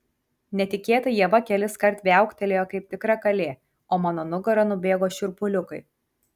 netikėtai ieva keliskart viauktelėjo kaip tikra kalė o mano nugara nubėgo šiurpuliukai